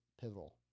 pivotal